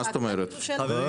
מה שמגיע מגיע.